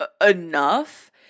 enough